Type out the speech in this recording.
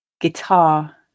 Guitar